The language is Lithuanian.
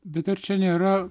bet ar čia nėra